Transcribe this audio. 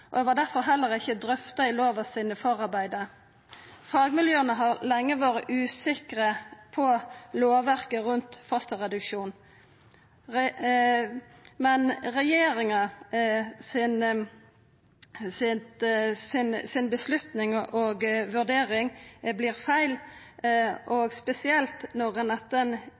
var difor heller ikkje drøfta i forarbeida til lova. Fagmiljøa har lenge vore usikre på lovverket rundt fosterreduksjon, men avgjerda og vurderinga til regjeringa vert feil, spesielt når ein etter ei juridisk vurdering